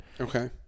Okay